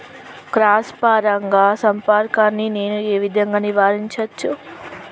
Cross పరాగ సంపర్కాన్ని నేను ఏ విధంగా నివారించచ్చు?